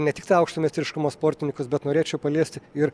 ne tiktai aukšto meistriškumo sportininkus bet norėčiau paliesti ir